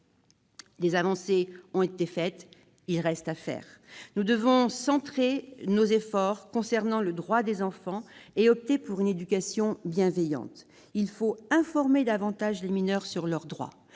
des avancées, il reste beaucoup à faire. Nous devons centrer nos efforts sur les droits des enfants et opter pour une éducation bienveillante. Il faut informer davantage les mineurs sur leurs droits.